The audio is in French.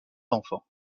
enfants